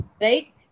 right